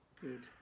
good